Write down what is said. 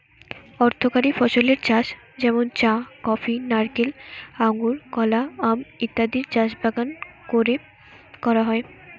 অর্থকরী ফসলের চাষ যেমন চা, কফি, নারকেল, আঙুর, কলা, আম ইত্যাদির চাষ বাগান কোরে করা হয়